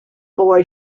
boy